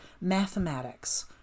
mathematics